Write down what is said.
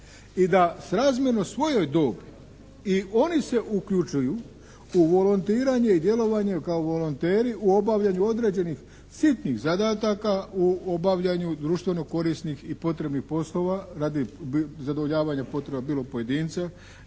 i da srazmjerno svojoj dobi i oni se uključuju u volontiranje i djelovanje kao volonteri u obavljanju određenih sitnih zadataka u obavljanju društveno korisnih i potrebnih poslova radi zadovoljavanja potreba bilo pojedinca,